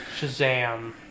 Shazam